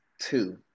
two